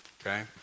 okay